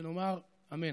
ונאמר אמן.